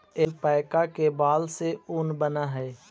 alpaca के बाल से ऊन बनऽ हई